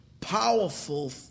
powerful